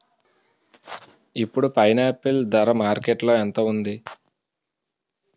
ఇప్పుడు పైనాపిల్ ధర మార్కెట్లో ఎంత ఉంది?